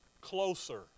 closer